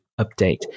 update